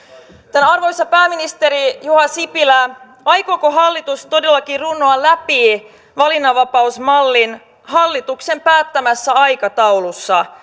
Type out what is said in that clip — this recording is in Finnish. arvoisa pääministeri juha sipilä aikooko hallitus todellakin runnoa läpi valinnanvapausmallin hallituksen päättämässä aikataulussa